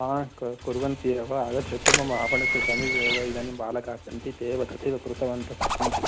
क कुर्वन्ति एव आगच्छतु मम आपणस्य समीपे एव इदानीं बालकास्सन्ति ते एव तथैव कृतवन्तस्सन्ति